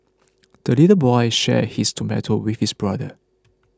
the little boy shared his tomato with his brother